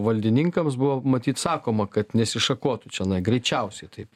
valdininkams buvo matyt sakoma kad nesišakotų čionai greičiausiai taip